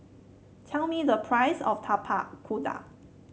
tell me the price of Tapak Kuda